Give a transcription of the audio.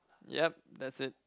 yup that's it